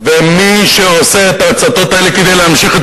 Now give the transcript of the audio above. ומי שעושה את ההצתות האלה כדי להמשיך את